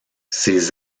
ses